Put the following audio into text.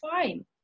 fine